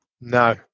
No